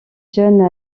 jeunes